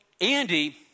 Andy